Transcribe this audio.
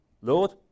Lord